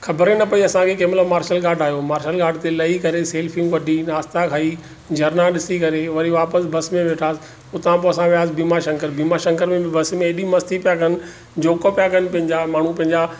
ख़बर ई न पई असांखे कंहिंमहिल मार्शल घाट आहियो मार्शल घाट ते लही करे सेल्फियूं कढी नाश्ता खाई झरना ॾिसी करे वरी वापसि बस में वेठासीं उतां पोइ असां वयासीं भीमा शंकर भीमा शंकर में बि बस में एॾी मस्ती पिया कनि जोक पिया कनि पंहिंजा माण्हू पंहिंजा